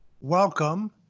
Welcome